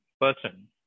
person